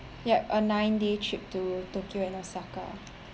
yup a nine day trip to tokyo and osaka